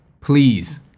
Please